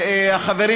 והחברים,